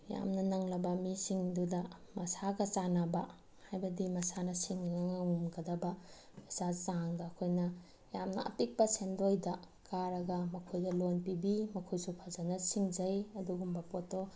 ꯌꯥꯝꯅ ꯅꯪꯂꯕ ꯃꯤꯁꯤꯡꯗꯨꯗ ꯃꯁꯥꯒ ꯆꯥꯟꯅꯕ ꯍꯥꯏꯕꯗꯤ ꯃꯁꯥꯅ ꯁꯤꯡꯕ ꯉꯝꯒꯗꯕ ꯄꯩꯁꯥ ꯆꯥꯡꯗ ꯑꯩꯈꯣꯏꯅ ꯌꯥꯝꯅ ꯑꯄꯤꯛꯄ ꯁꯦꯟꯗꯣꯏꯗ ꯀꯥꯔꯒ ꯃꯈꯣꯏꯗ ꯂꯣꯟ ꯄꯤꯕꯤ ꯃꯈꯣꯏꯁꯨ ꯐꯖꯅ ꯁꯤꯡꯖꯩ ꯑꯗꯨꯒꯨꯝꯕ ꯄꯣꯠꯇꯣ